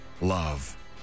love